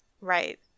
Right